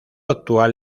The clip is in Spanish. actual